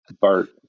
Bart